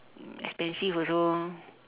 expensive also